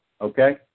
Okay